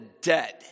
dead